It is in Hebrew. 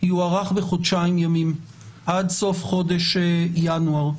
יוארך בחודשים ימים עד סוף חודש ינואר.